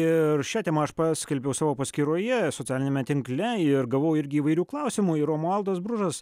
ir šia tema aš paskelbiau savo paskyroje socialiniame tinkle ir gavau irgi įvairių klausimų ir romualdas bružas